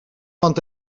ond